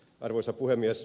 arvoisa puhemies